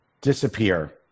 Disappear